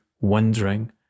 wondering